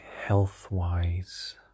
health-wise